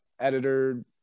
editor